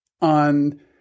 on